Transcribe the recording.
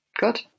Good